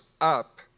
up